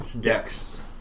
dex